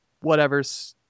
whatever's